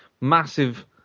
massive